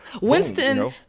Winston